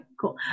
cool